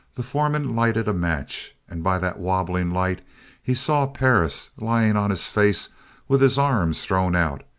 the foreman lighted a match and by that wobbling light he saw perris lying on his face with his arms thrown out,